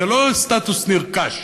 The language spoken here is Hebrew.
זה לא סטטוס נרכש,